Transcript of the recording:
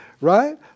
Right